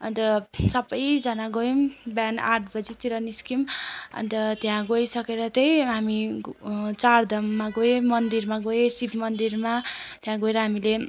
अन्त सबैजना गयौँ बिहान आठ बजीतिर निस्कियौँ अन्त त्यहाँ गइसकेर चाहिँ हामी चारधाम गयौँ मन्दिरमा गएँ शिव मन्दिरमा त्यहाँ गएर हामीले